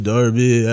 Darby